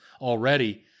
already